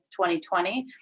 2020